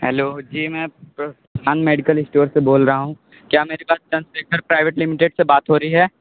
hello ji मैं medical store से बोल रहा हूँ क्या मेरी बात चंद्रशेखर प्राइवेट लिमिटेड से बात हो रही है